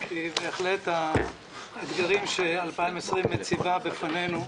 כי בהחלט האתגרים ש-2020 מציבה בפנינו,